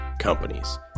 companies